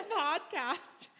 podcast